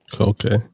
Okay